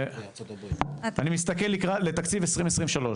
אני מסתכל לתקציב 2023,